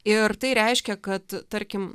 ir tai reiškia kad tarkim